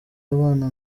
abana